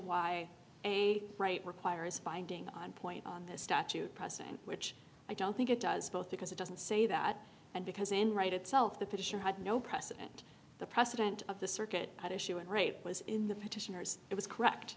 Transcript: why a right requires finding on point on this statute pressing which i don't think it does both because it doesn't say that and because in right itself the position had no precedent the precedent of the circuit at issue and rape was in the petitioners it was correct